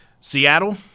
Seattle